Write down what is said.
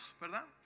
¿verdad